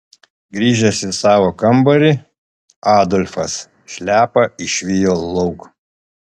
grįžęs į savo kambarį adolfas šliapą išvijo lauk